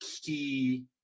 key